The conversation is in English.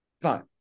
Fine